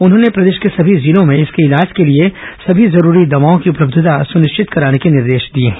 उन्होंने प्रदेश के समी जिलों में इसके इलाज के लिए सभी जरूरी दवाओं की उपलब्यता सुनिश्चित कराने के निर्देश दिए हैं